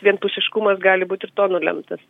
vienpusiškumas gali būt ir to nulemtas